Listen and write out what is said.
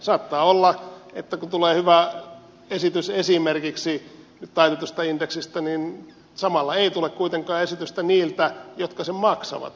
saattaa olla että kun tulee hyvä esitys esimerkiksi taitetusta indeksistä niin samalla ei tule kuitenkaan esitystä niiltä jotka sen maksavat